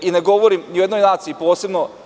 Ne govorim ni o jednoj naciji posebno.